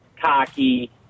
cocky